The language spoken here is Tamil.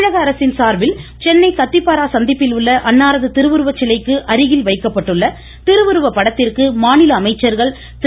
தமிழக அரசின் சார்பில் சென்னை கத்திபாரா சந்திப்பில் உள்ள அன்னாரது திருவுருவச்சிலைக்கு அருகில் வைக்கப்பட்டுள்ள திருவுருவப் படத்திற்கு மாநில அமைச்சர்கள் திரு